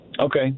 Okay